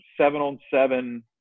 seven-on-seven